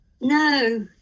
No